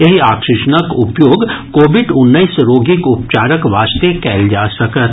एहि ऑक्सीजनक उपयोग कोविड उन्नैस रोगीक उपचारक वास्ते कयल जा सकत